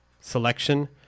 selection